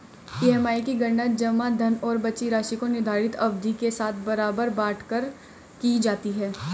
EMI की गणना जमा धन और बची राशि को निर्धारित अवधि के साथ बराबर बाँट कर की जाती है